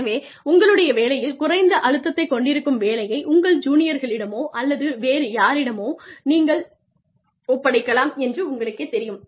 எனவே உங்களுடைய வேலையில் குறைந்த அழுத்தத்தை கொண்டிருக்கும் வேலையை உங்கள் ஜூனியர்களிடமோ அல்லது வேறு யாரிடமோ நீங்கள் ஒப்படைக்கலாம் என்று உங்களுக்குத் தெரியும்